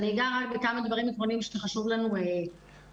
אני אגע בכמה דברים עקרוניים שחשוב לנו להדגיש.